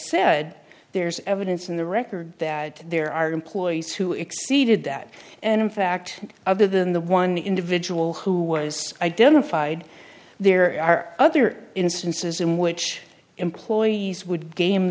said there's evidence in the record that there are employees who exceeded that and in fact other than the one individual who was identified there are other instances in which employees would game